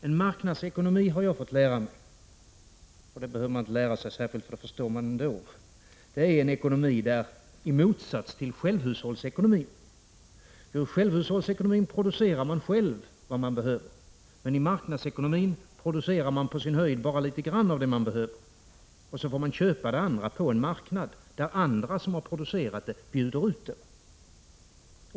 Jag har fått lära mig att en marknadsekonomi — det behöver man inte lära sig särskilt för att förstå, men ändå — är en ekonomi i motsats till självhushållningsekonomin. I självhushållningsekonomin producerar man själv vad man behöver, men i marknadsekonomin producerar man på sin höjd bara litet grand av det man behöver. Sedan får man köpa det övriga på en marknad, där andra som har producerat det bjuder ut det.